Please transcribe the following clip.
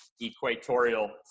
equatorial